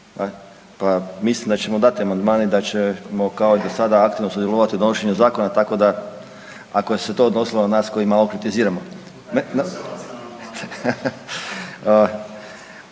Pa mislim da ćemo dati amandmane i da ćemo kao i do sada aktivno sudjelovati u donošenju zakona, tako da ako se to odnosilo na nas koji malo kritiziramo.